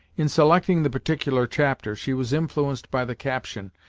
in selecting the particular chapter, she was influenced by the caption,